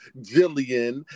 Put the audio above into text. Jillian